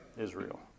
Israel